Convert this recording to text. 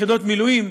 יחידות מילואים,